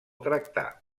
tractar